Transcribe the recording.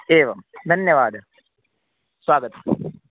एवं धन्यवादः स्वागतं